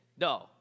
No